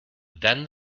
then